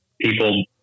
people